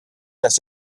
dass